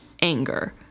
anger